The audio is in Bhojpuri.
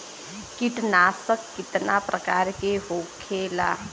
कीटनाशक कितना प्रकार के होखेला?